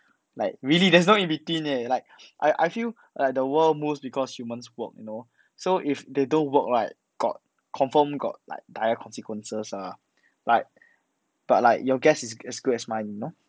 like really that's no in between leh like I I feel like the world move because human work you know so if they don't work right got confirm got like dire consequences ah like but like your guess is as good as mine you know